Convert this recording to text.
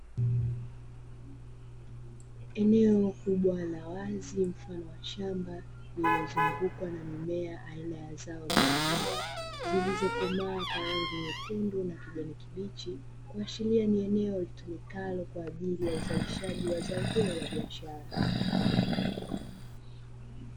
Eneo kubwa la wazi mfano wa shamba lililozungukwa na mimea aina ya zao la kahawa, zilizo komaa kwa rangi nyekundu na kijani kibichi, kuashiria ni eneo litumikalo kwa ajili ya uzalishaji wa zao hilo la biashara.